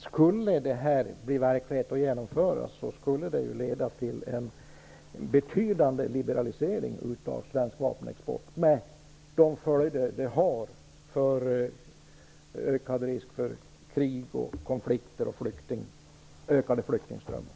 Skulle det genomföras skulle det leda till en betydande liberalisering av svensk vapenexport, med de följder det har: ökad risk för krig och konflikter och ökade flyktingströmmar.